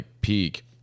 peak